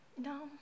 No